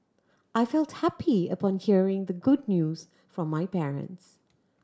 I felt happy upon hearing the good news from my parents